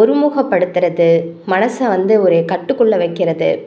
ஒருமுகப்படுத்துவது மனசை வந்து ஒரு கட்டுக்குள் வைக்கிறது